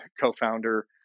co-founder